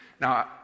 Now